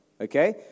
okay